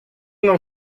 nou